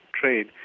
trade